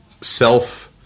self